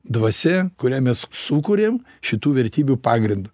dvasia kurią mes sukuriam šitų vertybių pagrindu